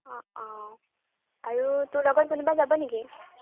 অ অ আৰু তোৰ লগত কোনোবা যাব নেকি